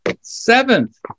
Seventh